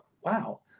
wow